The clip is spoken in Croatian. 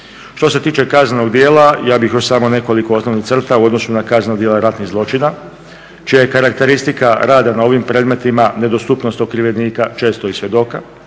Što se tiče kaznenog djela, ja bih još samo nekoliko osnovnih crta u odnosu na kazneno djelo ratnih zločina čija je karakteristika rada na ovim predmetima nedostupnost okrivljenika često i svjedoka.